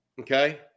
Okay